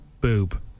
boob